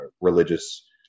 religious